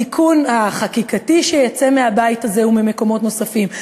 התיקון החקיקתי שיצא מהבית הזה וממקומות נוספים,